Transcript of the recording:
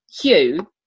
Hugh